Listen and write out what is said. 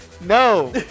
no